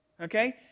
Okay